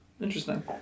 interesting